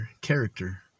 character